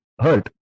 hurt